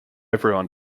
everyone